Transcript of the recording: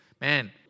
man